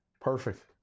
Perfect